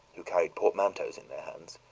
who carried portmanteaus in their hands,